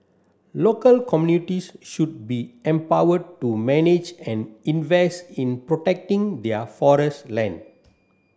local communities should be empowered to manage and invest in protecting their forest land